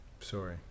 sorry